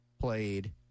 played